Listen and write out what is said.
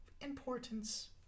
importance